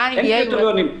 אין קריטריונים.